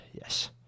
yes